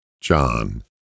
John